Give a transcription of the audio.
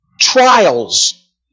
Trials